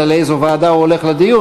אלא לאיזו ועדה הוא הולך לדיון.